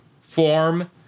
form